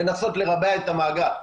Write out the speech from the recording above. לנסות לרבע את המעגל.